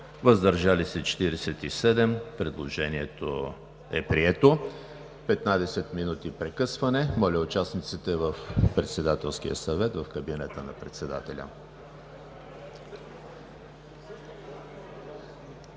въздържали се 47. Предложението е прието. Петнадесет минути прекъсване. Моля, участниците в Председателския съвет – в кабинета на Председателя.